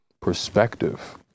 perspective